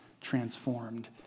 transformed